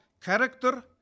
character